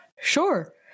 Sure